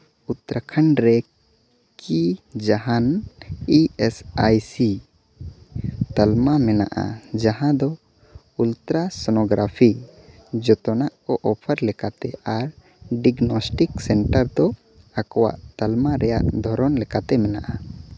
ᱩᱛᱛᱚᱨᱟᱠᱷᱚᱸᱰ ᱨᱮ ᱠᱤ ᱡᱟᱦᱟᱱ ᱤ ᱮᱥ ᱟᱭ ᱥᱤ ᱛᱟᱞᱢᱟ ᱢᱮᱱᱟᱜᱼᱟ ᱡᱟᱦᱟᱸ ᱫᱚ ᱟᱞᱴᱨᱟᱥᱱᱳᱜᱨᱟᱯᱷᱤ ᱡᱚᱛᱚᱱᱟᱜ ᱠᱚ ᱚᱯᱷᱟᱨ ᱞᱮᱠᱟᱛᱮ ᱟᱨ ᱰᱤᱜᱽᱱᱚᱥᱴᱤᱠ ᱥᱮᱱᱴᱟᱨ ᱫᱚ ᱟᱠᱚᱣᱟᱜ ᱛᱟᱞᱢᱟ ᱨᱮᱱᱟᱜ ᱫᱷᱚᱨᱚᱱ ᱞᱮᱠᱟᱛᱮ ᱢᱮᱱᱟᱜᱼᱟ